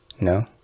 No